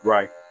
Right